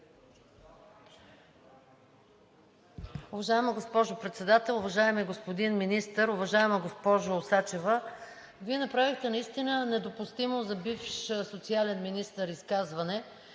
Уважаема госпожо Председател, уважаеми господин Министър! Уважаема госпожо Сачева, Вие направихте наистина недопустимо за бивш социален министър изказване,